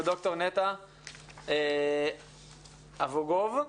לד"ר נטע אובוגוב,